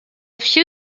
few